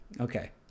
Okay